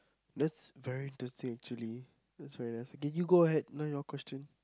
that's very interesting actually that's very nice okay you go ahead now your question